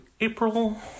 April